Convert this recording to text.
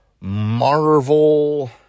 Marvel